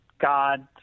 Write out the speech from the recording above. God